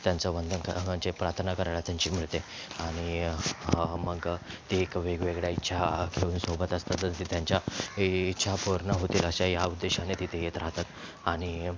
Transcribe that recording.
त्यांचं वंदन क जे प्रार्थना करायला त्यांची मिळते आणि मग ते एक वेगवेगळ्या इच्छा करून सोबत असतातच त्यांच्या ए इच्छा पूर्ण होतील अशा या उद्देशाने ते इथे येत राहतात आणि